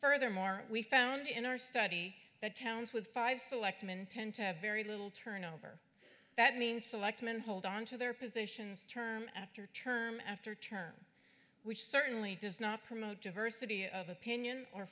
furthermore we found in our study that towns with five selectman tend to have very little turnover that means select men hold onto their positions term after term after term which certainly does not promote diversity of opinion or